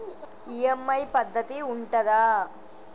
EMI పద్ధతి ఉంటదా?